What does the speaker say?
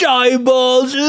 eyeballs